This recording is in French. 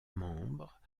membres